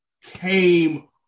came